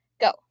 Go